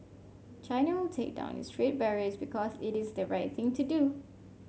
China will take down its trade barriers because it is the right thing to do